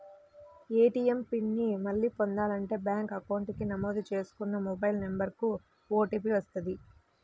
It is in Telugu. ఏటీయం పిన్ ని మళ్ళీ పొందాలంటే బ్యేంకు అకౌంట్ కి నమోదు చేసుకున్న మొబైల్ నెంబర్ కు ఓటీపీ వస్తది